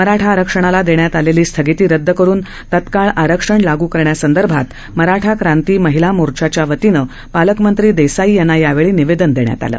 मराठा आरक्षणाला देण्यात आलेली स्थगिती रद्द करून तत्काळ आरक्षण लागू करण्यासंदर्भात मराठा क्रांती महिला मोर्चच्या वतीनं पालकमंत्री देसाई यांना यावेळी निवेदन देण्यात आलं